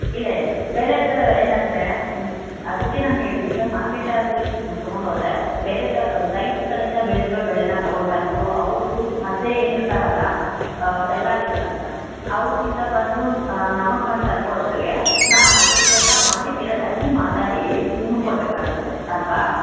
ಇಲ್ಲ ಇಲ್ಲ ಬೆಲೆ ಸರ್ ಏನಂದರೆ ಅದಕ್ಕೆ ನಾನು ಹೇಳಿದ್ದು ಸರ್ ಮಾರ್ಕೆಟಲ್ಲಿ ತೊಗೊಂಡು ಹೋದರೆ ಬೇರೇದು ರೈತ್ರ ಕಡೆಯಿಂದ ಬೆಳೆದಿರೋ ಬೆಳೇನ ತೊಗೊಂಡು ಬಂದು ಅವ್ರ ಮಧ್ಯೆ ಏನು ಇರ್ತಾರಲ್ಲ ದಲ್ಲಾಳಿಗಳಂತ ಅವರಿಂದ ಬಂದು ನಮಗೆ ಬಂದು ತಲುಪೋ ಅಷ್ಟಗೆ ನಾವು ರೇಟನ್ನು ಒಂದಕ್ಕೆ ಎರಡು ಹಚ್ಚಿ ಮಾತಾಡಿ ನಿಮಗೆ ಕೊಡಬೇಕಾಗತ್ತೆ ಅಲ್ಲವಾ